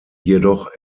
jedoch